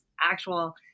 actual